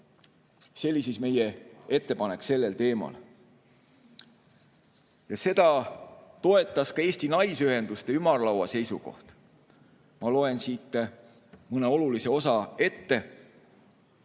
See oli meie ettepanek sellel teemal. Seda toetas ka Eesti Naisühenduste Ümarlaua seisukoht. Ma loen mõne olulisema osa ette.